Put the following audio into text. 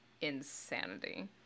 insanity